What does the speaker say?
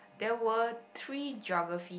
there were three geography